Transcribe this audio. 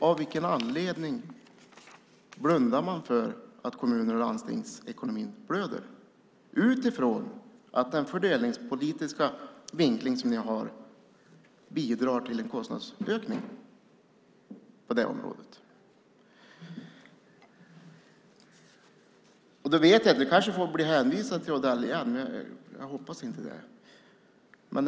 Av vilken anledning blundar man för att kommuners och landstings ekonomi blöder, utifrån att den fördelningspolitiska vinkling som regeringen har bidrar till en kostnadsökning på det området? Jag kanske blir hänvisad till Odell igen, men jag hoppas att det inte blir så.